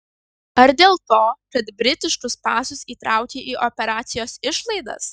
ar dėl to kad britiškus pasus įtraukei į operacijos išlaidas